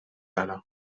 ara